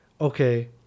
okay